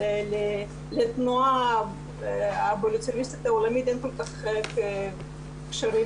לתנועה אין מספיק קשרים,